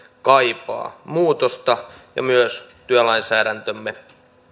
kaipaa muutosta ja myös työlainsäädäntömme